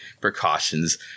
precautions